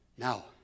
Now